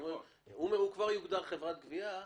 הוא אומר: הוא כבר יוגדר כחברת גבייה,